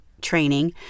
training